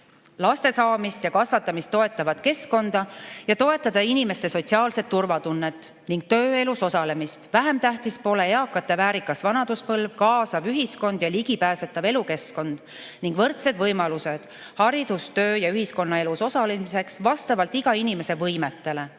laste saamist ja kasvatamist toetavat keskkonda ning toetada inimeste sotsiaalset turvatunnet ja tööelus osalemist. Vähem tähtis pole eakate väärikas vanaduspõlv, kaasav ühiskond ja ligipääsetav elukeskkond ning võrdsed võimalused haridus‑, töö‑ ja ühiskonnaelus osalemiseks vastavalt iga inimese võimetele.